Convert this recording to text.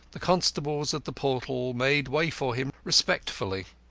the constables at the portal made way for him respectfully.